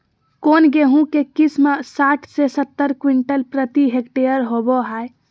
कौन गेंहू के किस्म साठ से सत्तर क्विंटल प्रति हेक्टेयर होबो हाय?